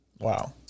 Wow